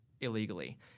illegally